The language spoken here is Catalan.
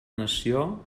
nació